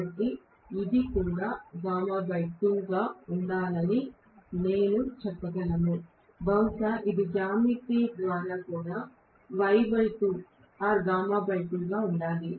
కాబట్టి ఇది కూడా γ 2 గా ఉండాలని నేను చెప్పగలను ఇది కూడా జ్యామితి ద్వారా γ2 గా ఉండాలి